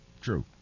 True